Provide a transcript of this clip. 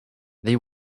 they